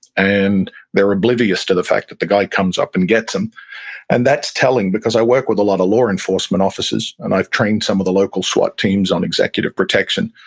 and they're but to the fact that the guy comes up and gets them and that's telling, because i work with a lot of law enforcement officers and i've trained some of the local swat teams on executive protection,